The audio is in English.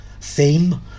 theme